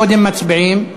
קודם מצביעים,